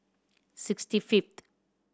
sixty fifth